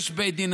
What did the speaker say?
יש בית דין,